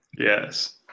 Yes